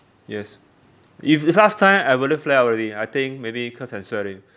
yes if last time I wouldn't flare up already I think maybe cause I